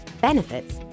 benefits